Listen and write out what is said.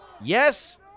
Yes